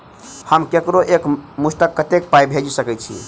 हम ककरो एक मुस्त कत्तेक पाई भेजि सकय छी?